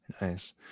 Nice